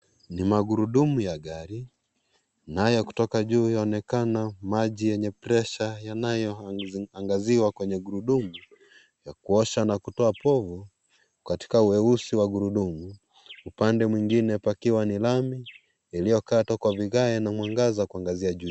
Ni magurudumu ya gari. Nayo kutoka juu yanaonekana maji yenye pressure yanayoangaziwa kwenye gurudumu, ya kuosha na kutoa povu katika uweusi wa gurudumu. Upande mwinginepakiwa ni lami iliyokatwa kwa vigaya na mwangaza kuwangazia juu.